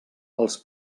als